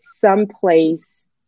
someplace